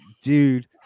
dude